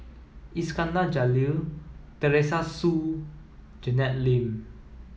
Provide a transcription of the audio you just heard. Iskandar Jalil Teresa Hsu Janet Lim